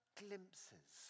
glimpses